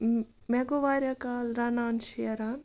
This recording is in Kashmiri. مےٚ گوٚو واریاہ کال رَنان شیران